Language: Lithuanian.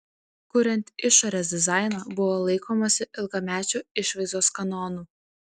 kuriant išorės dizainą buvo laikomasi ilgamečių išvaizdos kanonų